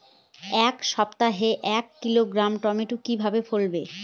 এক সপ্তাহে এক কিলোগ্রাম টমেটো কিভাবে ফলাবো?